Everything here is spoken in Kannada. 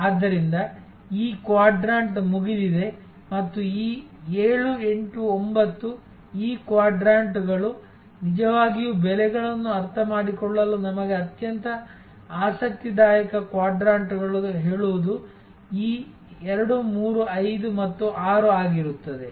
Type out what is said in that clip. ಆದ್ದರಿಂದ ಈ ಕ್ವಾಡ್ರಾಂಟ್ ಮುಗಿದಿದೆ ಮತ್ತು ಈ 7 8 9 ಈ ಕ್ವಾಡ್ರಾಂಟ್ಗಳು ನಿಜವಾಗಿಯೂ ಬೆಲೆಗಳನ್ನು ಅರ್ಥಮಾಡಿಕೊಳ್ಳಲು ನಮಗೆ ಅತ್ಯಂತ ಆಸಕ್ತಿದಾಯಕ ಕ್ವಾಡ್ರಾಂಟ್ಗಳನ್ನು ಹೇಳುವುದು ಈ 2 3 5 ಮತ್ತು 6 ಆಗಿರುತ್ತದೆ